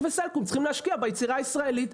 וסלקום צריכים להשקיע ביצירה הישראלית.